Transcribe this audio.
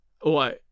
Why